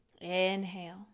Inhale